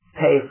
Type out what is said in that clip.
pay